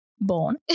Born